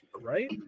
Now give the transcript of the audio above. Right